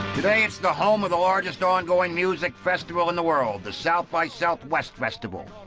today, it's the home of the largest ongoing music festival in the world the south by southwest festival,